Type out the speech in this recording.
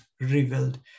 revealed